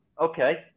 okay